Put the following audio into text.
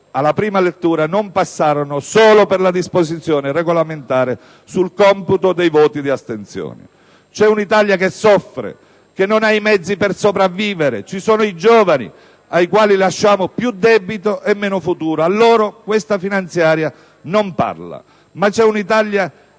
alla prima lettura non passarono solo per la disposizione regolamentare sul computo dei voti di astensione. C'è un'Italia che soffre, che non ha i mezzi per sopravvivere, ci sono i giovani ai quali lasciamo più debito e meno futuro. A loro questa finanziaria non parla. Ma c'è anche un'Italia che